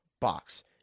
box